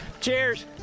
Cheers